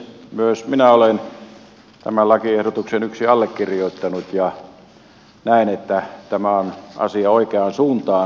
myös minä olen tämän lakiehdotuksen yksi allekirjoittanut ja näen että tämä on asia oikeaan suuntaan